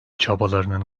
çabalarının